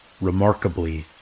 remarkably